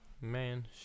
man